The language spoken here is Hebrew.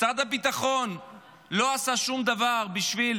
משרד הביטחון לא עשה שום דבר בשביל